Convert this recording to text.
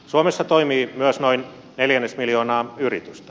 suomessa toimii myös noin neljännesmiljoona yritystä